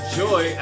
joy